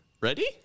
Ready